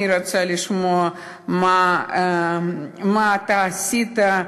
אני רוצה לשמוע מה אתה עשית,